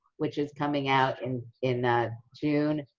which is coming out and in ah june.